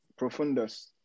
Profundus